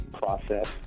Process